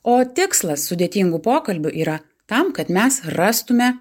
o tikslas sudėtingų pokalbių yra tam kad mes rastume